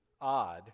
odd